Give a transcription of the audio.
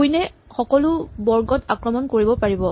queen এ এই সকলো বৰ্গত আক্ৰমণ কৰিব পাৰিব